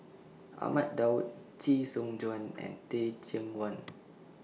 Ahmad Daud Chee Soon Juan and Teh Cheang Wan